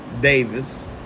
Davis